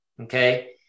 okay